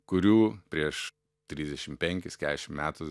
kurių prieš trisdešim penkis kedešim metų